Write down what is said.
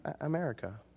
America